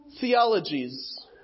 theologies